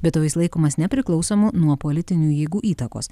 be to jis laikomas nepriklausomu nuo politinių jėgų įtakos